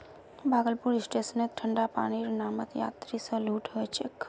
भागलपुर स्टेशनत ठंडा पानीर नामत यात्रि स लूट ह छेक